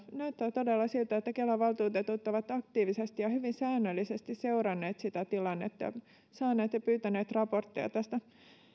näyttää todella siltä että kelan valtuutetut ovat aktiivisesti ja hyvin säännöllisesti seuranneet sitä tilannetta saaneet ja pyytäneet raportteja tästä